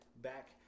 back